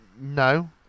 No